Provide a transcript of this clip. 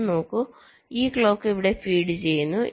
ഇത് നോക്കൂ ഈ ക്ലോക്ക് ഇവിടെ ഫീഡ് ചെയ്യുന്നു